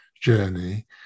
journey